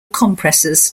compressors